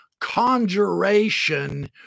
conjuration